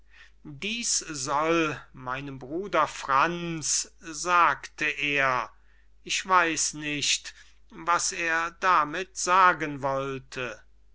diß soll meinem bruder franz sagte er ich weiß nicht was er damit sagen wollte